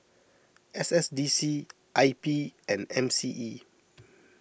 S S D C I P and M C E